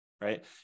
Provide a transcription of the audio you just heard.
right